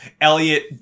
Elliot